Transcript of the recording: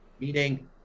Meaning